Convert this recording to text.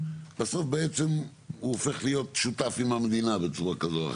בסוף בעצם הוא הופך להיות שותף עם המדינה בצורה כזו או אחרת.